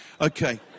Okay